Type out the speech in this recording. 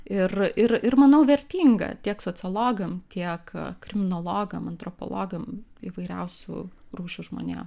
ir ir ir manau vertinga tiek sociologam tiek kriminologam antropologam įvairiausių rūšių žmonėm